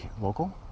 local